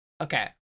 Okay